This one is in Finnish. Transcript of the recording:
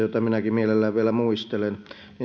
jota minäkin mielelläni vielä muistelen